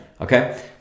Okay